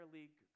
League